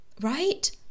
right